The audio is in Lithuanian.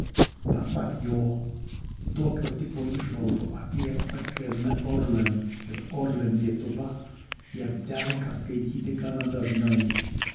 pasak jo tokio tipo įžvalgų apie pkn orlen ir orlen lietuva jam tenka skaityti gana dažnai